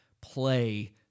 play